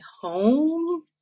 home